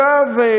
אגב,